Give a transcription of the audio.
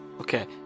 Okay